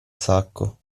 sacco